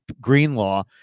Greenlaw